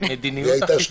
והיא הייתה שנונה.